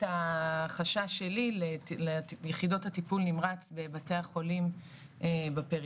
החשש שלי ליחידות הטיפול נמרץ בבתי החולים בפריפריה,